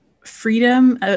freedom